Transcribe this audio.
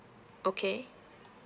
okay